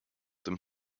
them